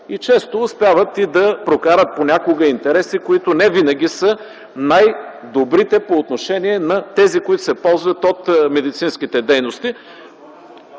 и често успяват да прокарат понякога интереси, които не винаги са най-добрите по отношение на тези, които се ползват от медицинските дейности.